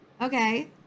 Okay